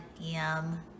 Yum